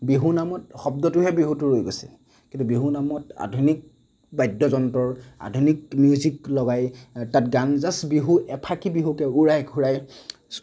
বিহু নামত শব্দটোহে বিহুটো ৰৈ গৈছে কিন্তু বিহু নামত আধুনিক বাদ্য যন্ত্ৰৰ আধুনিক মিউজিক লগাই তাত গান জাষ্ট বিহু এফাকি বিহুকে উৰাই ঘূৰাই